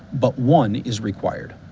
but one is required.